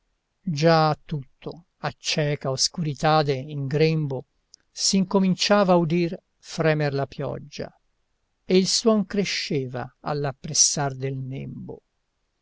già tutto a cieca oscuritade in grembo s'incominciava udir fremer la pioggia e il suon cresceva all'appressar del nembo